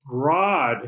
broad